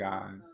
God